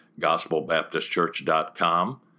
gospelbaptistchurch.com